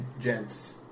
gents